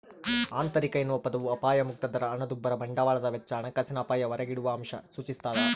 ಆಂತರಿಕ ಎನ್ನುವ ಪದವು ಅಪಾಯಮುಕ್ತ ದರ ಹಣದುಬ್ಬರ ಬಂಡವಾಳದ ವೆಚ್ಚ ಹಣಕಾಸಿನ ಅಪಾಯ ಹೊರಗಿಡುವಅಂಶ ಸೂಚಿಸ್ತಾದ